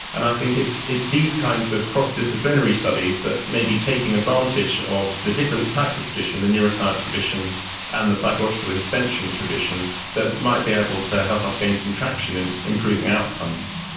and i think it's it's these kinds of cross-disciplinary studies that may be taking advantage of the different types of tradition, the neuroscience tradition and the psychological intervention tradition that might be able to help us gain some traction in improving outcomes.